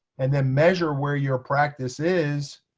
and then measure where your practice is,